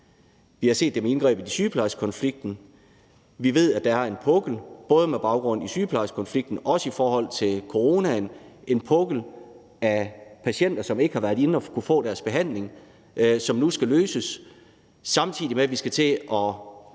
Vi har set det med indgrebet i sygeplejerskekonflikten. Vi ved, at der er en pukkel, både med baggrund i sygeplejerskekonflikten og i forhold til coronaen, af patienter, som ikke har kunnet få deres behandling – en pukkel, som nu skal afvikles, samtidig med at vi skal til at